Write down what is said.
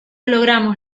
logramos